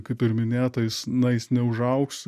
kaip ir minėta jis na jis neužaugs